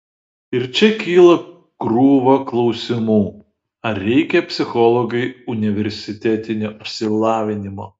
ir čia kyla krūva klausimų ar reikia psichologui universitetinio išsilavinimo